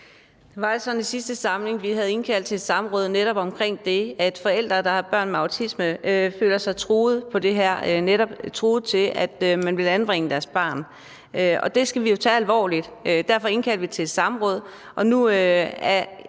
havde indkaldt til et samråd om netop det, at forældre, der har børn med autisme, føler sig truet, i forhold til at man vil anbringe deres barn, og det skal vi jo tage alvorligt. Derfor indkaldte vi til et samråd,